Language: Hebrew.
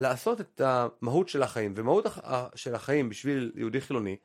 לעשות את מהות של החיים ומהות של החיים בשביל יהודי חילוני.